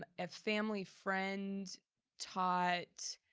ah a family friend taught,